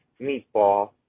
meatball